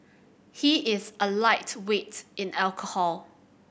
he is a lightweight in alcohol